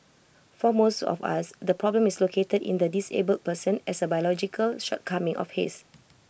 for most of us the problem is located in the disabled person as A biological shortcoming of his